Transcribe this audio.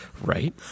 Right